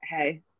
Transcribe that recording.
hey